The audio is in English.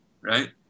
right